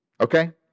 Okay